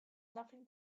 nothing